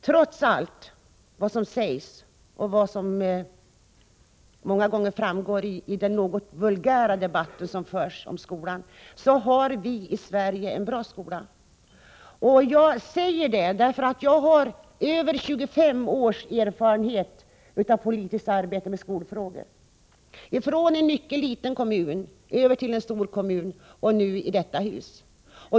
Trots allt vad som sägs i många gånger vulgära debatter om skolan, har vi i Sverige en bra skola. Jag har över 25 års erfarenhet av politiskt arbete med skolfrågor, från en mycket liten kommun över till en stor kommun och så i detta hus.